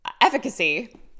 efficacy